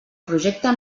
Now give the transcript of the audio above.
projecte